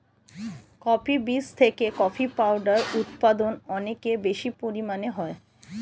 coffee বীজ থেকে coffee powder উৎপাদন অনেক বেশি পরিমাণে হয়